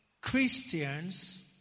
Christians